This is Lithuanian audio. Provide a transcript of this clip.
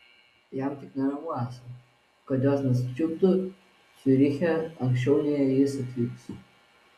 jam tik neramu esą kad jos nesučiuptų ciuriche anksčiau nei jis atvyks